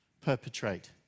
perpetrate